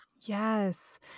Yes